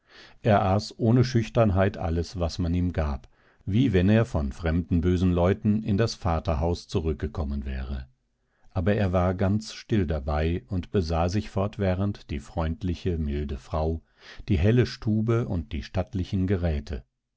er aß ohne schüchternheit alles was man ihm gab wie wenn er von fremden bösen leuten in das vaterhaus zurückgekommen wäre aber er war ganz still dabei und besah sich fortwährend die freundliche milde frau die helle stube und die stattlichen geräte